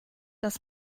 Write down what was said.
dass